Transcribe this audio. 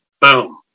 boom